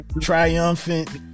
Triumphant